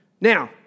Now